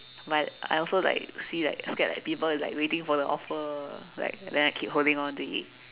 but I also like see like scared like people like waiting for the offer like then I keep holding on to it